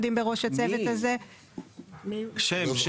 שם.